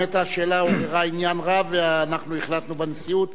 באמת השאלה עוררה עניין רב ואנחנו החלטנו בנשיאות